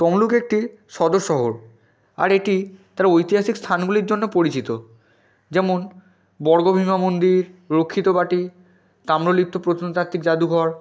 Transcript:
তমলুক একটি সদর শহর আর এটি তার ঐতিহাসিক স্থানগুলির জন্য পরিচিত যেমন বর্গভীমা মন্দির রক্ষিত বাটি তাম্রলিপ্ত প্রত্নতাত্ত্বিক জাদুঘর